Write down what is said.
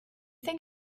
think